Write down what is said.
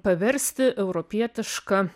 paversti europietiška